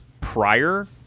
prior